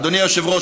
אדוני היושב-ראש,